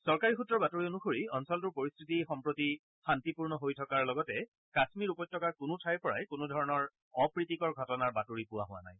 চৰকাৰী সূত্ৰৰ বাতৰি অনুসৰি অঞ্চলটোৰ পৰিস্থিতি সম্প্ৰতি শান্তিপূৰ্ণ হৈ থকাৰ লগতে কাম্মীৰ উপত্যকাৰ কোনো ঠাইৰ পৰাই কোনো ধৰণৰ অপ্ৰীতিকৰ ঘটনাৰ বাতৰি পোৱা হোৱা নাই